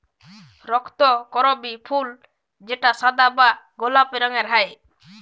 রক্তকরবী ফুল যেটা সাদা বা গোলাপি রঙের হ্যয়